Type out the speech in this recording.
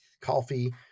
Coffee